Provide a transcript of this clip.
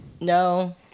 No